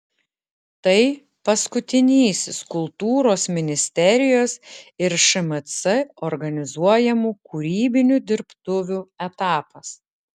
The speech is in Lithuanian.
tai paskutinysis kultūros ministerijos ir šmc organizuojamų kūrybinių dirbtuvių etapas